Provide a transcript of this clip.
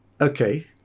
Okay